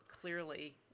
clearly